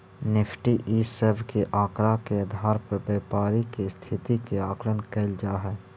Nifty इ सब के आकड़ा के आधार पर व्यापारी के स्थिति के आकलन कैइल जा हई